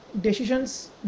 decisions